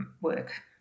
work